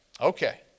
Okay